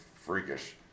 freakish